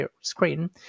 screen